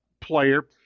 player